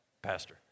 pastor